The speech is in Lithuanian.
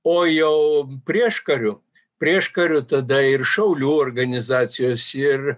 o jau prieškariu prieškariu tada ir šaulių organizacijos ir